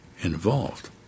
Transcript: involved